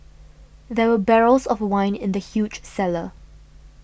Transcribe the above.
there were barrels of wine in the huge cellar